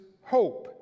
hope